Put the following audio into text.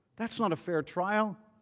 that is not a fair trial.